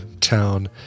town